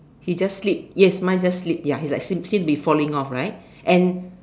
he just sleep yes mine just sleep ya he's like seem seem to be falling off right and